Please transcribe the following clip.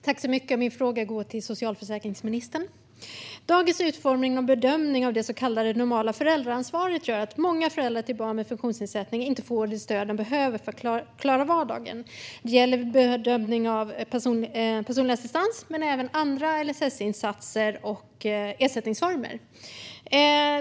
Fru talman! Min fråga går till socialförsäkringsministern. Dagens utformning och bedömning av det så kallade normala föräldraansvaret gör att många föräldrar till barn med funktionsnedsättning inte får det stöd de behöver för att klara vardagen. Det gäller bedömning av personlig assistans och även andra LSS-insatser och ersättningsformer.